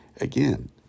Again